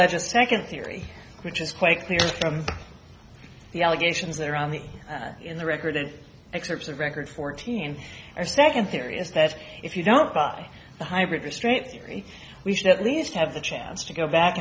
a second theory which is quite clear from the allegations that are on the in the record excerpts of record fourteen or second theory is that if you don't buy the hybrid restraint theory we should at least have the chance to go back